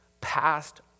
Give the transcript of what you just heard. past